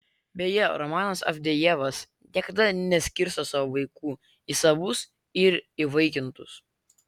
beje romanas avdejevas niekada neskirsto savo vaikų į savus ir įvaikintus